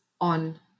on